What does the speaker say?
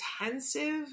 intensive